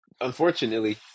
unfortunately